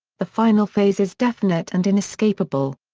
the final phase is definite and inescapable.